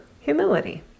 humility